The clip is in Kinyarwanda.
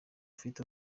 ufite